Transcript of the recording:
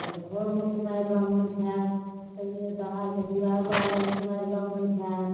तऽ घरमे कुमारि ब्राह्मण खाएत पहिले बाहरमे डिहबार बाबा लगमे कुमारि ब्राह्मण खाएत